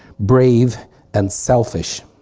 brave and selfish.